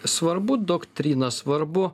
svarbu doktrina svarbu